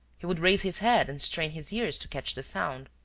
he would raise his head and strain his ears to catch the sound.